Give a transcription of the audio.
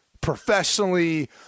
professionally